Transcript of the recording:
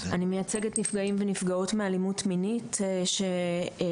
אני מייצגת נפגעים ונפגעות מלאימות מינית שצריכים